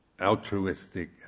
altruistic